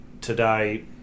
today